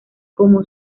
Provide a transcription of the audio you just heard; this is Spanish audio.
como